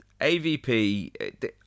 AVP